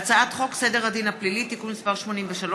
הצעת חוק סדר הדין הפלילי (תיקון מס' 83),